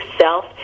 self